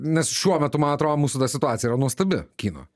nes šiuo metu man atrodo mūsų ta situacija yra nuostabi kino